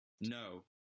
No